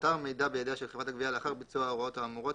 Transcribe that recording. נותר מידע בידיה של חברת הגבייה לאחר ביצוע ההוראות האמורות,